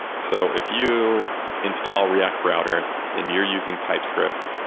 so if you install react router and you're using typescript,